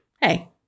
hey